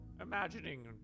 imagining